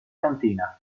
cantina